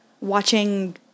watching